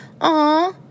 Aw